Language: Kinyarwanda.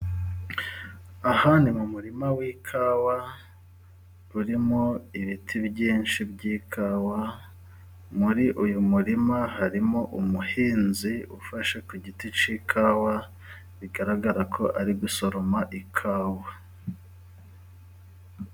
Aha ni mu murima w'ikawa urimo ibiti byinshi by'ikawa. Muri uyu murima harimo umuhinzi ufashe ku giti cy'ikawa bigaragara ko ari gusoroma ikawa.